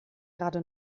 gerade